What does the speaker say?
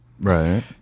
Right